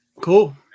Cool